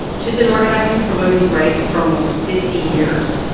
she's been organizing for women's rights for almost fifty years,